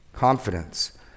Confidence